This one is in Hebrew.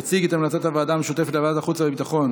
התשס"ג 2003. יציג את המלצת הוועדה המשותפת לוועדת החוץ והביטחון